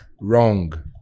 Wrong